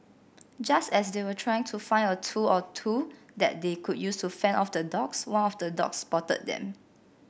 just as they were trying to find a tool or two that they could use to fend off the dogs one of the dogs spotted them